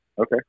Okay